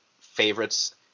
favorites